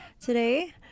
today